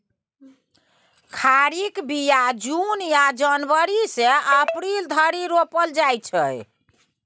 खीराक बीया जुन या जनबरी सँ अप्रैल धरि रोपल जाइ छै